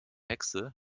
hexe